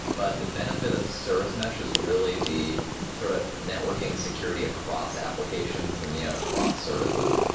but the benefit of service mesh is really the sort of networking security across applications and you know across services.